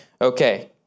Okay